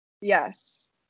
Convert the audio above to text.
Yes